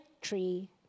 tree